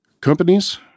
Companies